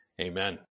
Amen